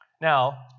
Now